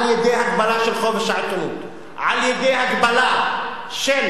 על-ידי הגבלה של חופש העיתונות, על-ידי הגבלה של